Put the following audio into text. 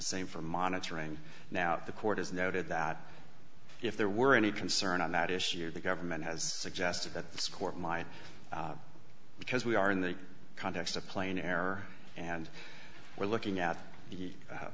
same for monitoring now the court has noted that if there were any concern on that issue the government has suggested that this court might because we are in the context of plain error and we're looking at the